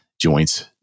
joints